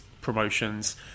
promotions